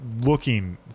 looking